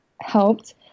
helped